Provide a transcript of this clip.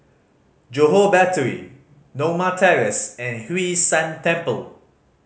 Johore Battery Norma Terrace and Hwee San Temple